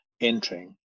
entering